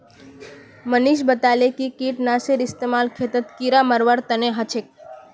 मनीष बताले कि कीटनाशीर इस्तेमाल खेतत कीड़ा मारवार तने ह छे